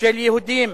של יהודים,